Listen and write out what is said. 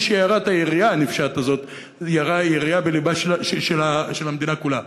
מי שירה את הירייה הנפשעת הזאת ירה ירייה בלבה של המדינה כולה,